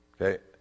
Okay